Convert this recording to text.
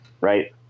Right